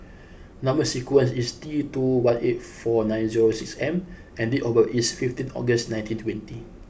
number sequence is T two one eight four nine zero six M and date of birth is fifteen August nineteen twenty